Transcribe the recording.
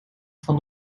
van